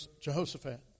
Jehoshaphat